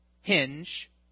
hinge